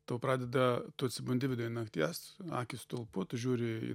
tau pradeda tu atsibundi vidury nakties akys stulpu tu žiūri